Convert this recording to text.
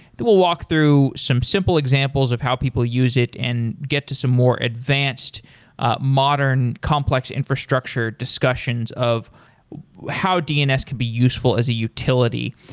then we'll walk through some simple examples of how people use it and get to some more advanced modern complex infrastructure discussions of how dns could be useful as a utility.